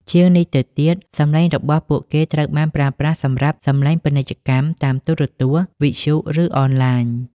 ជាងនេះទៅទៀត សំឡេងរបស់ពួកគេត្រូវបានប្រើប្រាស់សម្រាប់ សំឡេងពាណិជ្ជកម្ម តាមទូរទស្សន៍ វិទ្យុ ឬអនឡាញ។